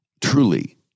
truly